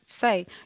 say